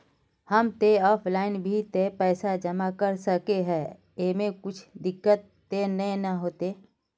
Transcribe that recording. हम ते ऑफलाइन भी ते पैसा जमा कर सके है ऐमे कुछ दिक्कत ते नय न होते?